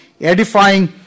edifying